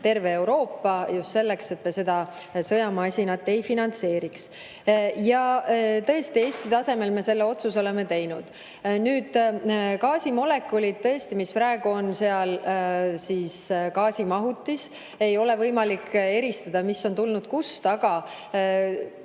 terve Euroopa, just selleks, et me seda sõjamasinat ei finantseeriks. Ja tõesti, Eesti tasemel me oleme selle otsuse teinud. Gaasimolekulide puhul, mis praegu on seal gaasimahutis, ei ole võimalik eristada, mis on tulnud kust, aga